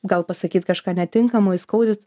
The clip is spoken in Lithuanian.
gal pasakyt kažką netinkamo įskaudint